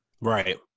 Right